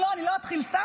אם לא, אני לא אתחיל סתם.